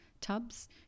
tubs